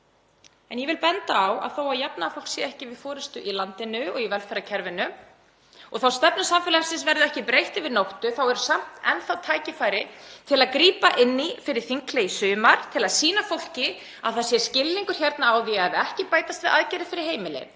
En ég vil benda á að þótt jafnaðarfólk sé ekki við forystu í landinu og í velferðarkerfinu og þótt stefnu samfélagsins verði ekki breytt yfir nóttu þá eru samt enn þá tækifæri til að grípa inn í fyrir þinghlé í sumar til að sýna fólki að það sé skilningur á því að ef ekki bætast við aðgerðir fyrir heimilin,